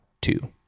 two